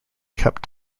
cup